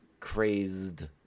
crazed